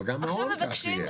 אבל גם מעון כך יהיה.